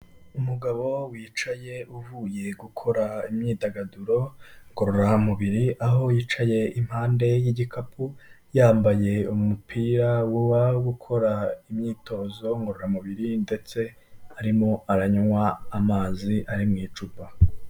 Umugabo wicaye uvuye gukora imyidagaduro ngororamubiri, aho yicaye impande y'igikapu, yambaye umupira uba ukora imyitozo ngororamubiri ndetse arimo aranywa amazi ari mu icupa.